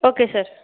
okay sir